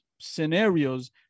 scenarios